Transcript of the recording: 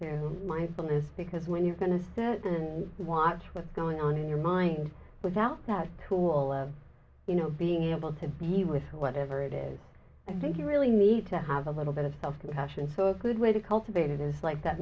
been is because when you're going to watch what's going on in your mind without that tool of you know being able to be with whatever it is i think you really need to have a little bit of self compassion so a good way to cultivate it is like that